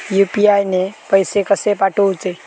UPI ने पैशे कशे पाठवूचे?